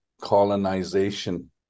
colonization